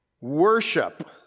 worship